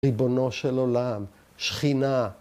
‫ריבונו של עולם, שכינה.